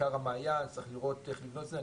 כיכר המעיין, צריך לראות איך לבנות את זה.